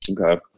Okay